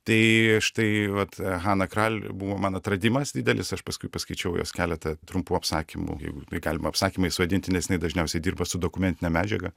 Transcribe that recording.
tai štai vat hana kral buvo man atradimas didelis aš paskui paskaičiau jos keletą trumpų apsakymų jeigu tai galima apsakymais vadinti neseniai dažniausiai dirba su dokumentine medžiaga